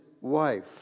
wife